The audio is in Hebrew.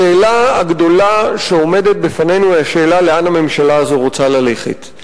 השאלה הגדולה שעומדת בפנינו היא השאלה לאן הממשלה הזו רוצה ללכת.